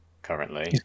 currently